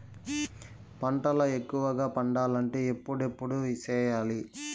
పంటల ఎక్కువగా పండాలంటే ఎప్పుడెప్పుడు సేయాలి?